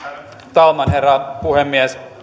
talman herra puhemies